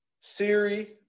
Siri